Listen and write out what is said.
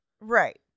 right